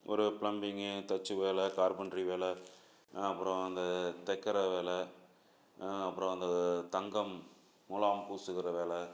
ஒரு ப்ளம்பிங்கு தச்சு வேலை கார்பென்ட்ரி வேலை அப்புறம் அந்த தைக்கிற வேலை அப்புறம் அந்த தங்கம் முலாம் பூசுகிற வேலை